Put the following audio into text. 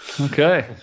Okay